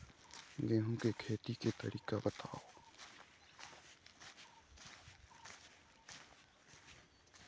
गेहूं के खेती के तरीका बताव?